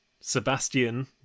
Sebastian